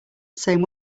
same